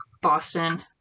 Boston